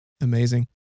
Amazing